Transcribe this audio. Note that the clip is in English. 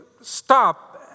stop